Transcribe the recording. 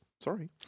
sorry